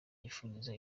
yifuriza